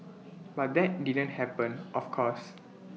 but that didn't happen of course